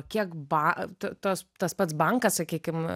kiek ba ta tas pats bankas sakykim